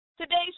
Today's